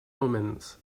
omens